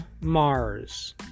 Mars